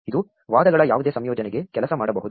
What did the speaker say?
ಇದು ವಾದಗಳ ಯಾವುದೇ ಸಂಯೋಜನೆಗೆ ಕೆಲಸ ಮಾಡಬಹುದು